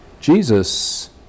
Jesus